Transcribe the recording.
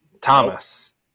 Thomas